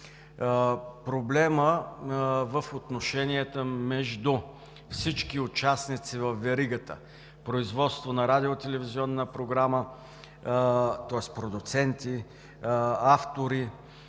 Проблемът в отношенията между всички участници във веригата: производство на радио-телевизионна програма, тоест продуценти, автори,